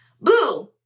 Boo